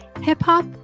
hip-hop